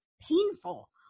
painful